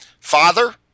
Father